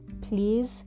please